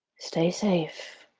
stay safe.